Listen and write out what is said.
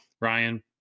Ryan